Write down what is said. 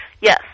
Yes